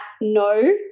no